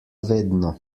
vedno